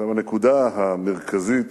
הנקודה המרכזית,